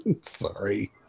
Sorry